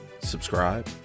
subscribe